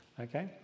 Okay